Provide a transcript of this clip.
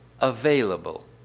available